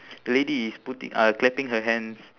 the lady is putti~ uh clapping her hands